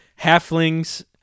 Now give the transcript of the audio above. halflings